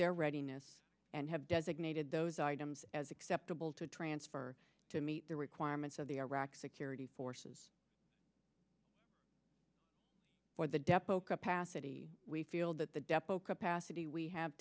their readiness and have designated those items as acceptable to transfer to meet the requirements of the iraqi security forces or the depo capacity we feel that the depo capacity we have